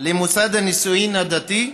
למוסד הנישואים הדתי,